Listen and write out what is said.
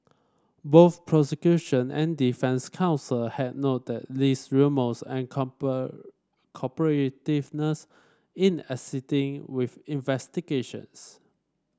both prosecution and defence counsel had noted Lee's remorse and cooperativeness in assisting with investigations